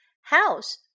house